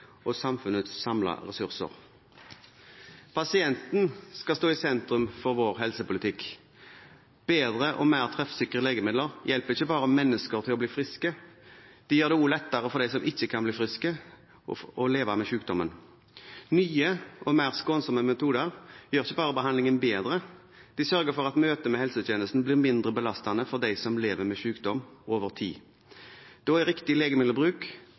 og samfunnets samlede ressurser. Pasienten skal stå i sentrum for vår helsepolitikk. Bedre og mer treffsikre legemidler hjelper ikke bare mennesker til å bli friske, de gjør det også lettere for dem som ikke kan bli friske, å leve med sykdommen. Nye og mer skånsomme metoder gjør ikke bare behandlingen bedre, de sørger for at møtet med helsetjenesten blir mindre belastende for dem som lever med sykdom over tid. Da er riktig legemiddelbruk